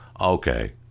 Okay